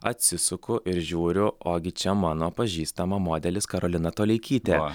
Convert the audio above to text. atsisuku ir žiūriu ogi čia mano pažįstama modelis karolina toleikytė